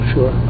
Sure